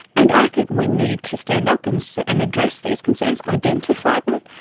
and i think we need to stand up and so and address these concerns, identify them,